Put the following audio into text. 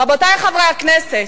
רבותי חברי הכנסת,